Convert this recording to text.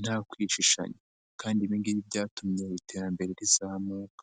nta kwishishanya kandi ibi ngibi byatumye iterambere rizamuka.